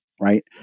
right